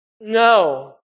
No